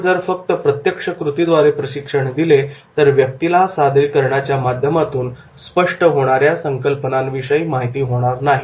आपण जर फक्त प्रत्यक्ष कृतीद्वारे प्रशिक्षण दिले तर व्यक्तीला सादरीकरणाच्या माध्यमातून स्पष्ट होणाऱ्या संकल्पनांविषयी माहिती होणार नाही